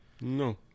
No